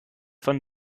von